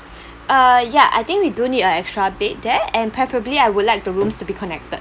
uh ya I think we do need a extra bed there and preferably I would like the rooms to be connected